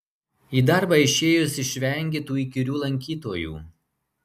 į darbą išėjus išvengi tų įkyrių lankytojų